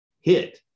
hit